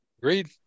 Agreed